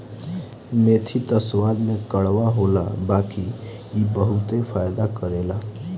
मेथी त स्वाद में कड़वा होला बाकी इ बहुते फायदा करेला